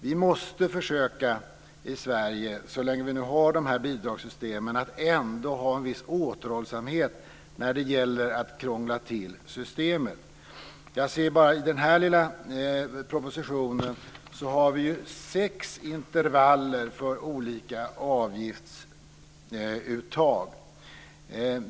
Vi måste i Sverige försöka, så länge vi nu har dessa bidragssystem, ha en viss återhållsamhet när det gäller att krångla till systemet. Jag ser att det bara i den här lilla propositionen finns sex intervaller för olika avgiftsuttag.